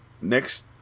Next